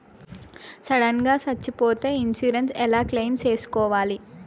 Sudden గా సచ్చిపోతే insurance ఎలా క్లెయిమ్ సేసుకోవాలి?